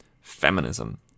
feminism